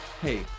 Hey